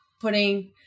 putting